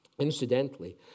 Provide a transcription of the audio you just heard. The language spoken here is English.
Incidentally